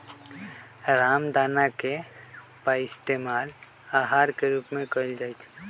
रामदाना के पइस्तेमाल आहार के रूप में कइल जाहई